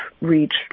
reached